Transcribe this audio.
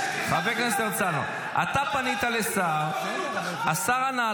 חבר הכנסת הרצנו, אתה פנית לשר, השר ענה לך,